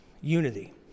unity